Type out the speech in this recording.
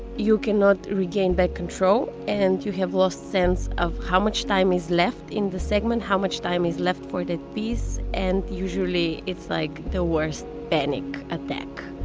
you cannot regain that control and you have lost sense of how much time is left in the segment. how much time is left for that piece and usually, it's like the worst panic attack.